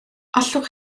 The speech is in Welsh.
allwch